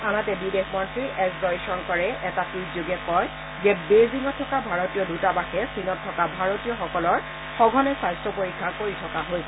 আনাহতে বিদেশ মন্নী এছ জয় শংকৰে এটা টুইটযোগে কয় যে বেইজিংত থকা ভাৰতীয় দুটাবাসে চীনত থকা ভাৰতীয় সকলৰ সঘনে স্বাস্থ্য পৰীক্ষা কৰি থকা হৈছে